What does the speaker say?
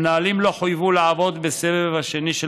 המנהלים לא חויבו לעבוד בסבב השני של